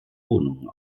wohnungen